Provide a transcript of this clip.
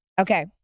Okay